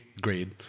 grade